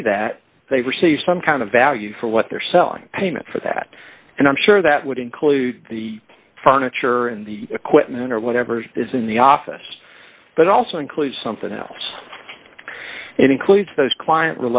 do that they receive some kind of value for what they're selling payment for that and i'm sure that would include the furniture and the equipment or whatever it is in the office but also include something else it includes